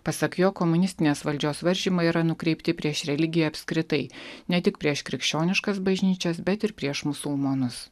pasak jo komunistinės valdžios varžymai yra nukreipti prieš religiją apskritai ne tik prieš krikščioniškas bažnyčias bet ir prieš musulmonus